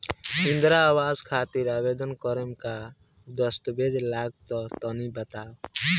इंद्रा आवास खातिर आवेदन करेम का का दास्तावेज लगा तऽ तनि बता?